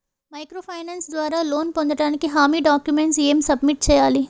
Micro finance ద్వారా loan పొందటానికి హామీ డాక్యుమెంట్స్ ఎం సబ్మిట్ చేయాలి?